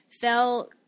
fell